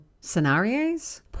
scenarios